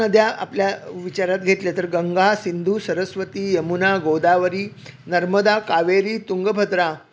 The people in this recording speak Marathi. नद्या आपल्या विचारात घेतल्या तर गंगा सिंधू सरस्वती यमुना गोदावरी नर्मदा कावेरी तुंगभद्रा